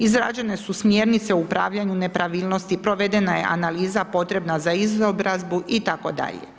Izrađene su smjernice u upravljanju nepravilnosti, provedena je analiza potrebna za izobrazbu itd.